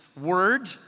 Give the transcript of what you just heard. word